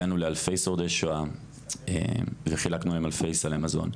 הגענו לאלפי שורדי שואה וחילקנו להם אלפי סלי מזון.